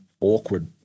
awkward